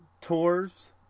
tours